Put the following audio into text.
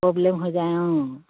problem হৈ যায় অঁ